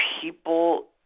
people